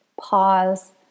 pause